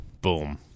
Boom